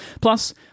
Plus